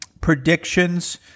predictions